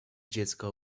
dziecka